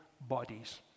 bodies